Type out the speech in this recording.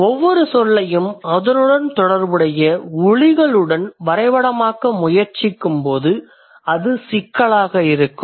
ஒவ்வொரு சொல்லையும் அதனுடன் தொடர்புடைய ஒலிகளுடன் வரைபடமாக்க முயற்சிக்கும்போது அது சிக்கலாக இருக்கும்